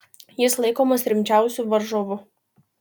jis laikomas rimčiausiu varžovu